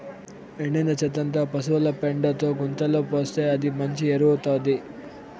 ఎండిన చెత్తంతా పశుల పెండతో గుంతలో పోస్తే అదే మంచి ఎరువౌతాది